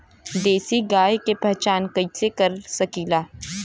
देशी गाय के पहचान कइसे कर सकीला?